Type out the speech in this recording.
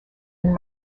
and